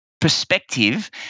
perspective